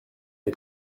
les